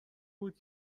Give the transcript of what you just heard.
بود